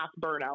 burnout